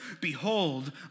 behold